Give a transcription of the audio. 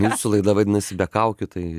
jūsų laida vadinasi be kaukių tai